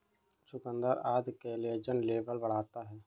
चुकुन्दर आदि collagen level बढ़ाता है